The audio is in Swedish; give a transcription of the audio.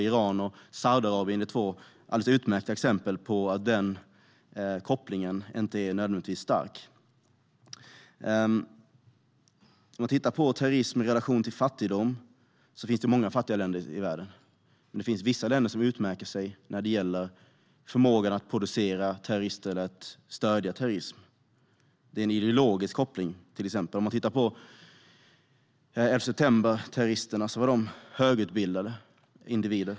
Iran och Saudiarabien är två talande exempel på att den kopplingen inte nödvändigtvis behöver vara stark. När det gäller terrorism i relation till fattigdom finns det många fattiga länder i världen. Det finns vissa länder som utmärker sig i förmågan att producera terrorister eller att stödja terrorism. Här finns det en ideologisk koppling. Som exempel kan nämnas elfte-september-terroristerna. De var högutbildade individer.